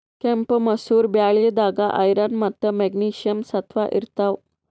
ಕೆಂಪ್ ಮಸೂರ್ ಬ್ಯಾಳಿದಾಗ್ ಐರನ್ ಮತ್ತ್ ಮೆಗ್ನೀಷಿಯಂ ಸತ್ವ ಇರ್ತವ್